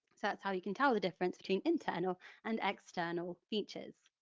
that's how you can tell the difference between internal and external features.